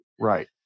Right